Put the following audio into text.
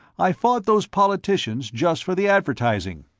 i fought those politicians just for the advertising.